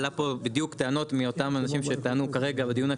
עלה פה בדיוק טענות מאותם אנשים שטענו כרגע בדיון הקודם,